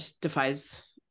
Defies